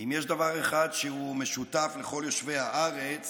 אם יש דבר אחד שהוא משותף לכל יושבי הארץ